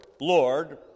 Lord